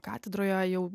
katedroje jau